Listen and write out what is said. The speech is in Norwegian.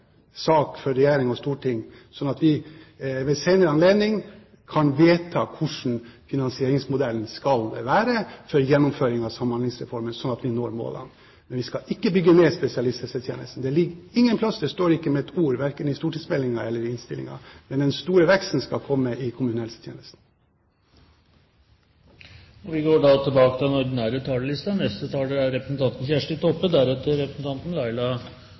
sak for regjering og storting, slik at vi ved en senere anledning kan vedta hvordan finansieringsmodellen skal være for gjennomføring av Samhandlingsreformen, slik at vi når målene. Men vi skal ikke bygge ned spesialisthelsetjenesten. Det står ingen steder, det står ikke med ett ord verken i stortingsmeldingen eller i innstillingen. Men den store veksten skal komme i kommunehelsetjenesten. Replikkordskiftet er omme. Noreg er eit rikt land med frisk befolkning og